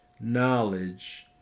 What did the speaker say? knowledge